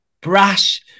brash